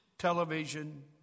television